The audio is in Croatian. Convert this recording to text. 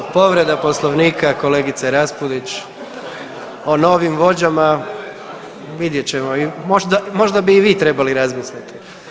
A joj, povreda poslovnika kolegice Raspudić o novim vođama, vidjet ćemo, možda bi i vi trebali razmisliti.